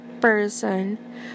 person